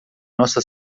nossa